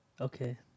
Okay